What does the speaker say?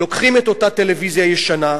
לוקחים את אותה טלוויזיה ישנה,